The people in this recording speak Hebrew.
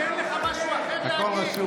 אין לך משהו אחר להגיד?